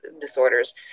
disorders